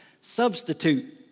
substitute